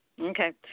Okay